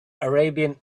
arabian